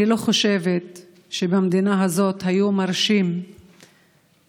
אני לא חושבת שבמדינה הזאת היו מרשים הכפשה